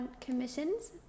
commissions